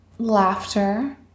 Laughter